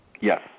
Yes